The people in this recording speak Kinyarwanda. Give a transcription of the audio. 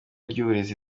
ry’uburezi